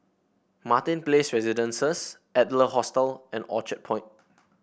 Martin Place Residences Adler Hostel and Orchard Point